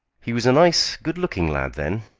he was a nice, good-looking lad then.